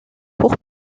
pour